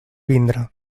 vindre